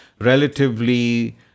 relatively